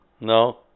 No